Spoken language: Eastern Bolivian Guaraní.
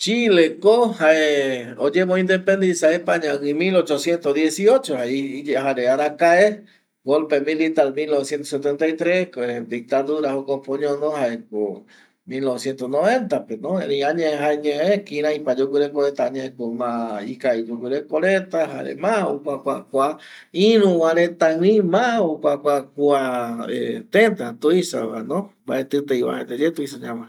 Chile ko jae oyemo independisa españa gui mil ochociento diesiocho jare arakae golpe militar mil noveciento setenta i tres dictura jokope oñono jaeko mil noveciento noventa pe no erei jayae añae kiraipa yoguɨreko reta, añae ko ma ikavi yoguɨreko reta jare ma okuakua kua iru va reta gui ma okuakua kua teta tuisa va no mbaetɨ tei vuajaete ye tuisa ñamae je